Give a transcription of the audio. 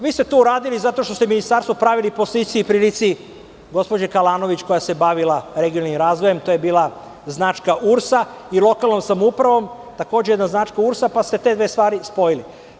Vi ste to uradili zato što ste ministarstvo pravili po slici i prilici gospođe Kalanović koja se bavila regionalnim razvojem, to je bila značka URS i lokalnom samoupravom, takođe jedna značka URS, pa ste te dve stvari spojili.